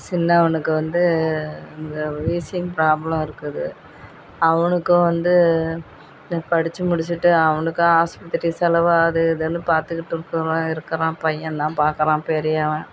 சின்னவனுக்கு வந்து இந்த wheezing problem இருக்குது அவனுக்கும் வந்து இந்த படித்து முடிச்சுட்டு அவனுக்கும் ஆஸ்பத்திரி செலவு அது இதுன்னு பார்த்துக்கிட்டு இருக்கிறோம் இருக்கிறான் பையன்தான் பார்க்குறான் பெரியவன்